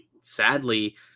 sadly